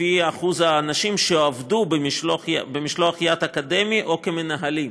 לפי אחוז האנשים שעבדו במשלח יד אקדמי או כמנהלים.